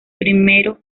primero